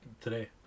Today